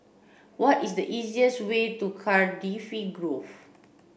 what is the easiest way to Cardifi Grove